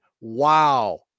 wow